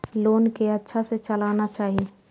Loan के अच्छा से चलाना चाहि?